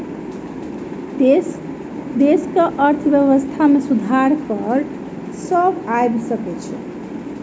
देशक अर्थव्यवस्था में सुधार कर सॅ आइब सकै छै